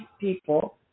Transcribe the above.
people